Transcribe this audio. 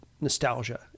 nostalgia